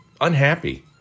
unhappy